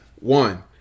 One